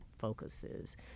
Focuses